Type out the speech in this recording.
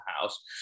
house